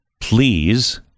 Please